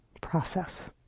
process